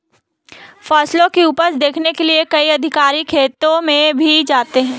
फसलों की उपज देखने के लिए कई अधिकारी खेतों में भी जाते हैं